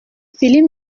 philippe